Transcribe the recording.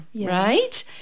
right